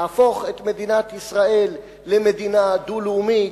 להפוך את מדינת ישראל למדינה דו-לאומית,